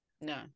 No